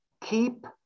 keep